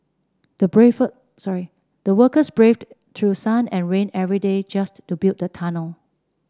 the braved sorry the workers braved through sun and rain every day just to build the tunnel